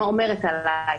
מה אומרת עליי,